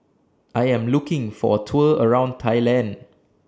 I Am looking For A Tour around Thailand